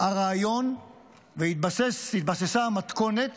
הרעיון והתבססה המתכונת